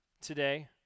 today